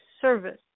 service